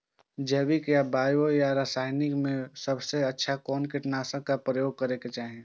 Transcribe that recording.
जैविक या बायो या रासायनिक में सबसँ अच्छा कोन कीटनाशक क प्रयोग करबाक चाही?